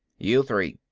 you three,